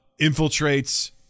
infiltrates